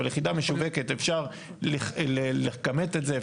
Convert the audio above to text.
אבל יחידה משווקת אפשר לכמת את זה,